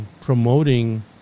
promoting